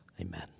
Amen